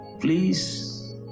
Please